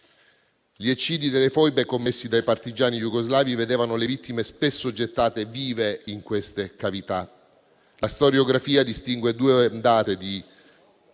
Gli eccidi delle foibe, commessi dai partigiani jugoslavi, vedevano le vittime spesso gettate vive in quelle cavità. La storiografia distingue due ondate di